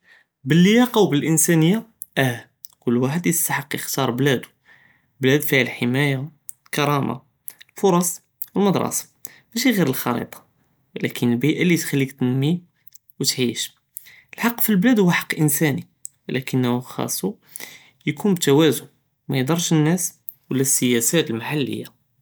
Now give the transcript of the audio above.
בלליאקה ואלאנסאניה, איאה, כל ואחד יסתחק יבחר בלאדו, בלאד פיהא אלחימאיה, אלכראמה, אלפרס, אלמדרסה, מאשי גור אלחריטה ולקין אלביאה לי תחליק תנמי ו תעיש, אלחק פי אלבלאד הוא חק אינסאני ולקיןוהו חסכו יקון תוואזן, מאידרס אנאס ולה אסיאסט אלמחליה.